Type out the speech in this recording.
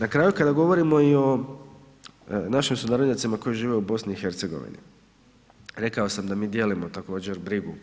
Na kraju kada govorimo i o našim sunarodnjacima koji žive u BiH, rekao sam da mi dijelimo također brigu